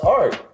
art